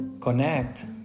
connect